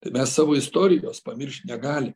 tai mes savo istorijos pamiršt negali